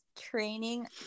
training